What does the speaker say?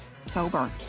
sober